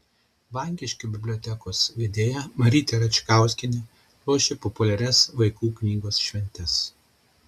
vankiškių bibliotekos vedėja marytė račkauskienė ruošia populiarias vaikų knygos šventes